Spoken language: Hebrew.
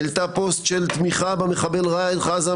העלתה פוסט של תמיכה במחבל ראאד חאזם